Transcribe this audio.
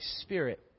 Spirit